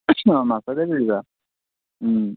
মাছকে দি দিবা